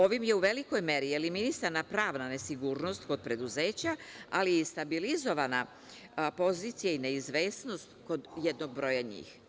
Ovim je u velikoj meri eliminisana pravna nesigurnost kod preduzeća, ali i stabilizovana pozicija i neizvesnost kod jednog broja njih.